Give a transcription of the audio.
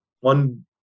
One